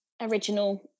original